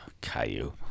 Caillou